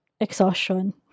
exhaustion